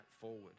forward